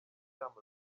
cyamaze